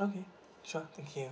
okay sure thank you